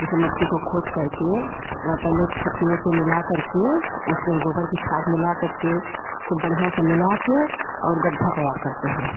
जैसे मिट्टी को खोद करके पहले खुरपियों से मिला करके उसमें गोबर की खाद मिला करके खूब बढ़िया से मिला करके और गड्ढा तैयार करते है